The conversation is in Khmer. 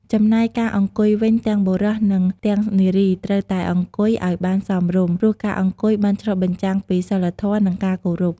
ចំណែកការអង្គុយវិញទាំងបុរស និងទាំងនារីត្រូវតែអង្គុយឲ្យបានសមរម្យ ព្រោះការអង្គុយអាចឆ្លុះបញ្ចាំងពី សីលធម៌ និងការគោរព។